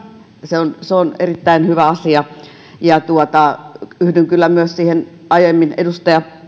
se on se on erittäin hyvä asia yhdyn kyllä myös siihen aiemmin edustaja